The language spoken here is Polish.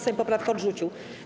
Sejm poprawkę odrzucił.